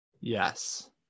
Yes